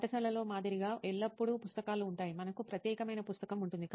పాఠశాలలో మాదిరిగా ఎల్లప్పుడూ పుస్తకాలు ఉంటాయి మనకు ప్రత్యేకమైన పుస్తకం ఉంటుంది